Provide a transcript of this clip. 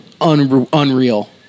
unreal